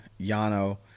Yano –